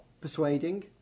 persuading